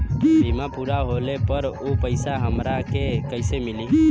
बीमा पूरा होले पर उ पैसा हमरा के कईसे मिली?